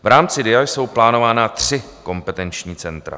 V rámci DIA jsou plánována tři kompetenční centra.